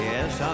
Yes